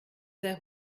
sei